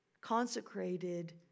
consecrated